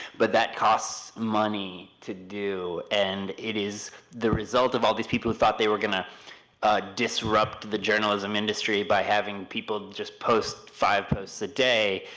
but that costs money to do, and it is the result of all these people who thought they were going to disrupt the journalism industry by having people just post five posts a day,